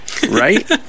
Right